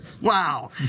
Wow